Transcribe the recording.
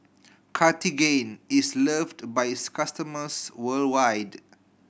Cartigain is loved by its customers worldwide